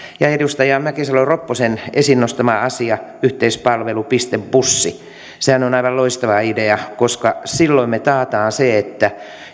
ja edustaja mäkisalo ropposen esiin nostama asiahan yhteispalvelupistebussi on aivan loistava idea koska silloin me takaamme sen että